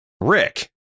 rick